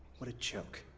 what a joke.